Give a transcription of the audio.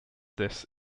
this